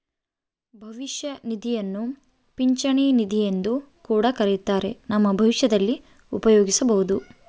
ಭವಿಷ್ಯ ನಿಧಿಯನ್ನ ಪಿಂಚಣಿ ನಿಧಿಯೆಂದು ಕೂಡ ಕರಿತ್ತಾರ, ನಮ್ಮ ಭವಿಷ್ಯದಲ್ಲಿ ಉಪಯೋಗಿಸಬೊದು